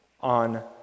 on